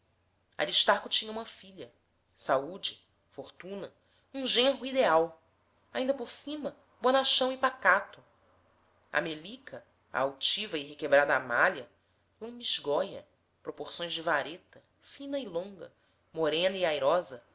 partido aristarco tinha uma filha saúde fortuna um genro ideal ainda por cima bonachão e pacato a melica a altiva e requebrada amália lambisgóia proporções de vareta fina e longa morena e airosa